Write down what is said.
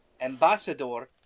Ambassador